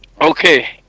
okay